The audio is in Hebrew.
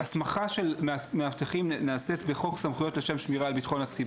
ההסמכה של מאבטחים נעשית בחוק סמכויות לשם שמירה על ביטחון הציבור.